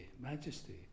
majesty